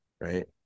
right